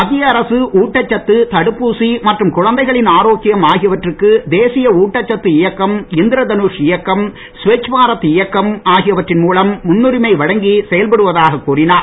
மத்திய அரசு ஊட்டச்சத்து தடுப்பூசி மற்றும் குழந்தைகளின் ஆரோக்கியம் ஆகியவற்றுக்கு தேசிய ஊட்டச்சத்து இயக்கம் இந்திரதனுஷ் இயக்கம் ஸ்வச்பாரத் இயக்கம் ஆகியவற்றின் மூலம் முன்னுரிமை வழங்கி செயல்படுவதாக கூறினார்